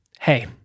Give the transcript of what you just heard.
hey